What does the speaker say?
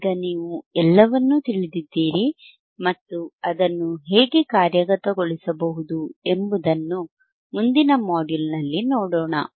ಈಗ ನೀವು ಎಲ್ಲವನ್ನು ತಿಳಿದಿದ್ದೀರಿ ಮತ್ತು ಅದನ್ನು ಹೇಗೆ ಕಾರ್ಯಗತಗೊಳಿಸಬಹುದು ಎಂಬುದನ್ನು ಮುಂದಿನ ಮಾಡ್ಯೂಲ್ನಲ್ಲಿ ನೋಡೋಣ